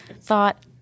thought